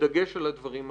בדגש על הדברים האלה.